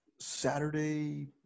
Saturday